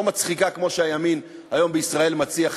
לא מצחיקה כמו שהימין היום בישראל מציע,